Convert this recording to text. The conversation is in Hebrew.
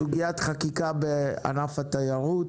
סוגיית חקיקה בענף התיירות